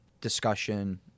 discussion